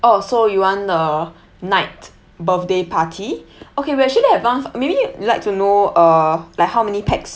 oh so you want a night birthday party okay we actually have one maybe we like to know uh like how many pax